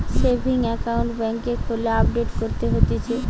savings account বেংকে খুললে update করতে হতিছে